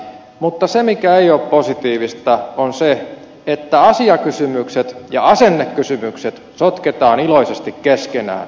mutta se mikä ei ole positiivista on se että asiakysymykset ja asennekysymykset sotketaan iloisesti keskenään